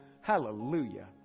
Hallelujah